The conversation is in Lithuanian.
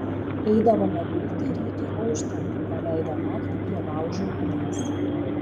eidavome gulti rytui auštant praleidę naktį prie laužo ugnies